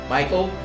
Michael